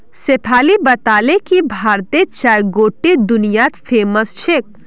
शेफाली बताले कि भारतेर चाय गोट्टे दुनियात फेमस छेक